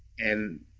and